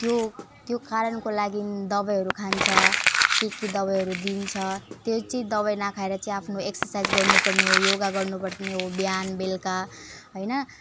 त्यो त्यो कारणको लागि दबाईहरू खान्छ के के दबाई दिन्छ त्यही चाहिँ दबाई नखाएर चाहिँ आफ्नो एक्सर्साइज गर्नुपर्ने हो योगा गर्नुपर्ने हो बिहान बेलुका होइन